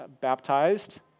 baptized